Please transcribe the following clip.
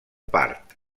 part